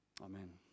Amen